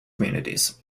communities